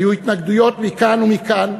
היו התנגדויות מכאן ומכאן.